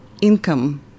income